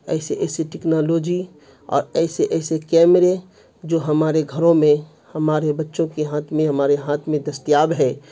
ایسے ایسے ٹیکنالوجی اور ایسے ایسے کیمرے جو ہمارے گھروں میں ہمارے بچوں کے ہاتھ میں ہمارے ہاتھ میں دستیاب ہے